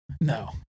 No